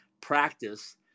practice